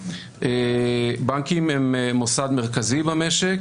בנקים הם מוסד מרכזי במשק,